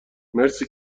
مرسی